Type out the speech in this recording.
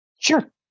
Sure